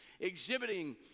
exhibiting